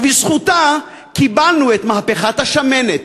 ובזכותה קיבלנו את מהפכת השמנת.